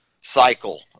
cycle